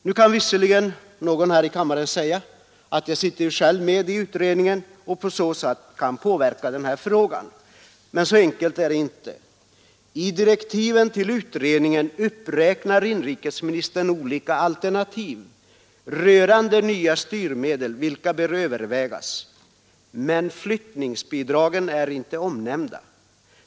Nu kan visserligen någon i kammaren säga att eftersom jag själv sitter med i utredningen kan jag påverka den här frågan. Men så enkelt är det inte. I direktiven till utredningen uppräknar inrikesministern olika alternativ till nya styrmedel vilka bör övervägas. Flyttningsbidragen är inte omnämnda.